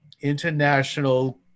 international